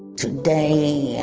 today, yeah